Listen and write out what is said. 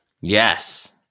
Yes